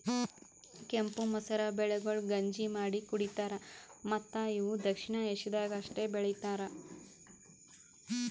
ಕೆಂಪು ಮಸೂರ ಬೆಳೆಗೊಳ್ ಗಂಜಿ ಮಾಡಿ ಕುಡಿತಾರ್ ಮತ್ತ ಇವು ದಕ್ಷಿಣ ಏಷ್ಯಾದಾಗ್ ಅಷ್ಟೆ ಬೆಳಿತಾರ್